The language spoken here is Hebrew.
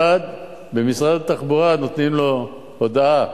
אחד, במשרד התחבורה נותנים לו הודעה